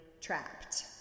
trapped